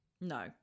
No